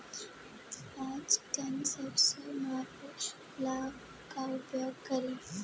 पाँच टन सरसो मापे ला का उपयोग करी?